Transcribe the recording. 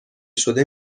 شده